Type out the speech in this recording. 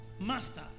Master